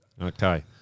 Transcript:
Okay